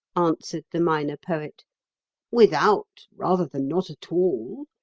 answered the minor poet without, rather than not at all.